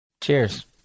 cheers